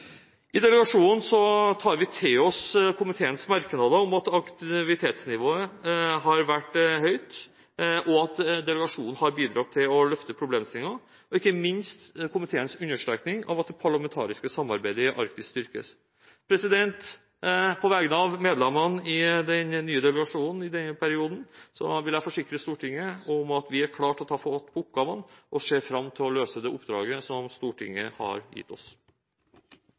delegasjonen tar vi til oss komiteens merknader om at aktivitetsnivået har vært høyt, og at delegasjonen har bidratt til å løfte problemstillinger, og ikke minst komiteens understrekning av at det parlamentariske samarbeidet i Arktis styrkes. På vegne av medlemmene i den nye delegasjonen i denne perioden vil jeg forsikre Stortinget om at vi er klare til å ta fatt på oppgavene og ser fram til å løse det oppdraget som Stortinget har gitt oss.